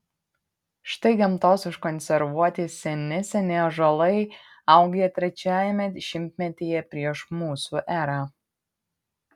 štai gamtos užkonservuoti seni seni ąžuolai augę trečiajame šimtmetyje prieš mūsų erą